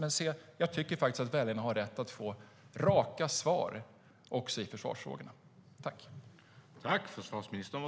Men se, jag tycker faktiskt att väljarna har rätt att få raka svar också i försvarsfrågorna.